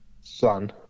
son